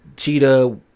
Cheetah